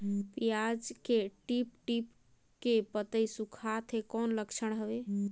पियाज के tip tip के पतई सुखात हे कौन लक्षण हवे?